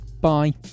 Bye